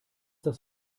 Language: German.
das